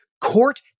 court